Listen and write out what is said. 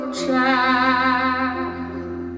child